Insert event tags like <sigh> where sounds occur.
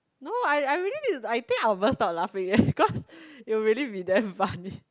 no I I really need to I think I will burst out <laughs> laughing eh cause it'll really be damn funny